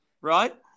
Right